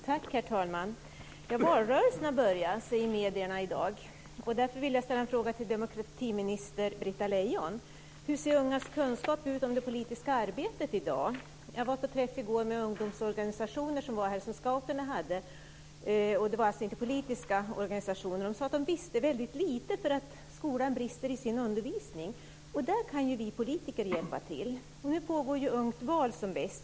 Tack, herr talman! Valrörelsen har börjat, säger medierna i dag. Därför vill jag ställa en fråga till demokratiminister Britta Lejon. Hur ser de ungas kunskap om det politiska arbetet ut i dag? Jag var på en träff i går som scouterna hade med ungdomsorganisationer. Det var alltså inga politiska organisationer. De sade att de visste väldigt litet eftersom skolan brister i sin undervisning. Där kan ju vi politiker hjälpa till. Nu pågår Ungt val som bäst.